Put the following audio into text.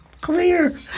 Clear